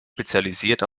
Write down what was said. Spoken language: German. spezialisiert